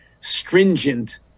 stringent